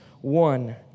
one